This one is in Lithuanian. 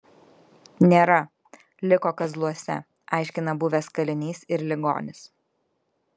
nėra liko kazluose aiškina buvęs kalinys ir ligonis